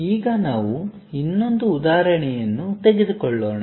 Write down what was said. ಈಗ ನಾವು ಇನ್ನೊಂದು ಉದಾಹರಣೆಯನ್ನು ತೆಗೆದುಕೊಳ್ಳೋಣ